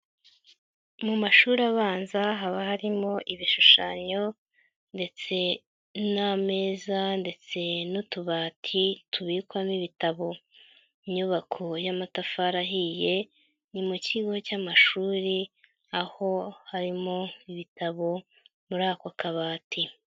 Mu mashuri abanza haba harimo ibishushanyo ndetse n'ameza ndetse n'utubati tubikwamo ibitabo, inyubako y'amatafari ahiye ni mu kigo cy'amashuri aho harimo ibitabo muri ako kabati.